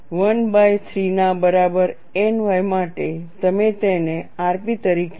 13 ના બરાબર ny માટે તમે તેને rp તરીકે લો